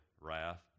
wrath